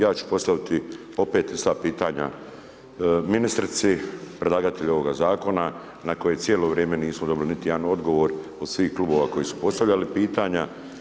Ja ću postaviti opet ista pitanja, ministrici, predlagatelju ovoga zakona, na koje cijelo vrijeme, nisu dobili niti jedan odgovor, od svih klubova, koji su postavljali pitanja.